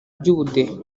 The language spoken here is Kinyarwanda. by’ubudehe